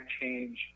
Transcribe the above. change